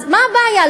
אז מה הבעיה?